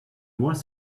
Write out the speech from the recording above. was